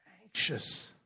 anxious